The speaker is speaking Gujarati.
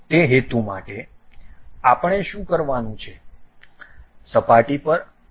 તે હેતુ માટે આપણે શું કરવાનું છે સપાટી પર OK ક્લિક કરો